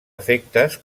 efectes